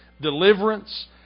deliverance